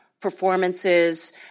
performances